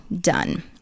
done